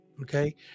Okay